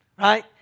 right